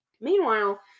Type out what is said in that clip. meanwhile